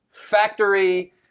factory